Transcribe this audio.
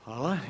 Hvala.